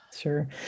Sure